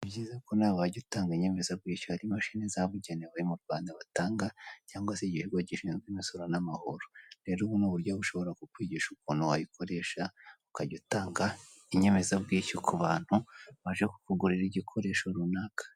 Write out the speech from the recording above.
Nibyiza ko nawe wajya utanga inyemeza byishyu, hari imashini za bugenewe mu Rwanda batanga cyangwa ikigo gishinzwe imisoro n'amahoro. Rero ubu ni uburyo bukwigisha, ukuntu wayikoresha ukajya utanga inyemeza byishyu ku bantu baje ku kugurira igikoresho runtaka.